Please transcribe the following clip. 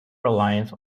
reliance